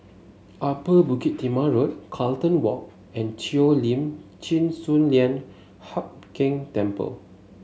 Upper Bukit Timah Road Carlton Walk and Cheo Lim Chin Sun Lian Hup Keng Temple